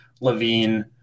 Levine